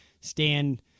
stand